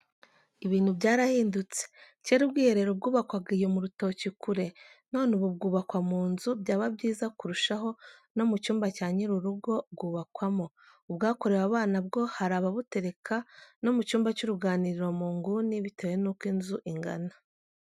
Ibintu byarahindutse, cyera ubwiherero bwubakwaga iyo mu rutoki kure, none ubu bwubakwa mu nzu, byaba byiza kurushaho no mu cyumba cya nyir'urugo bwubakwamo, ubwakorewe abana bwo hari ababutereka no mu cyumba cy'uruganiriro mu nguni, bitewe n'uko inzu ingana.